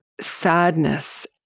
sadness